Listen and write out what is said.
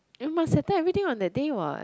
you must attend everything on that day what